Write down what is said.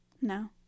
No